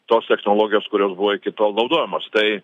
tos technologijos kurios buvo iki tol naudojamos tai